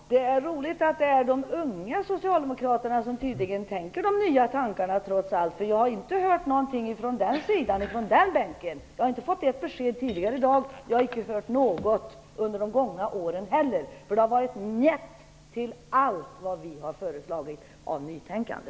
Herr talman! Det är roligt att de unga socialdemokraterna tydligen tänker nya tankar. Jag har inte hört någonting från den bänken, jag har inte fått något besked tidigare i dag. Jag har inte hört något under de gångna åren heller. Det har varit "njet" till allt vad vi har föreslagit av nytänkande.